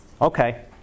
Okay